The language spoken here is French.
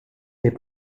est